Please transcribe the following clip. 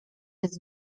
jest